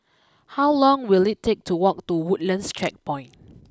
how long will it take to walk to Woodlands Checkpoint